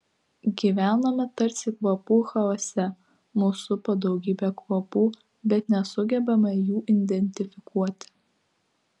gyvename tarsi kvapų chaose mus supa daugybė kvapų bet nesugebame jų identifikuoti